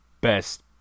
best